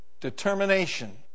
determination